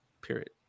period